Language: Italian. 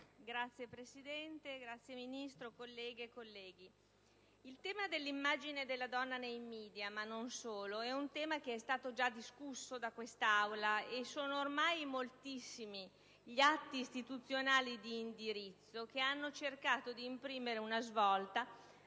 Signora Presidente, signora Ministro, colleghe e colleghi, il tema dell'immagine della donna nei *media*, ma non solo, è stato già discusso in quest'Aula, e sono ormai moltissimi gli atti istituzionali di indirizzo che hanno cercato di imprimere una svolta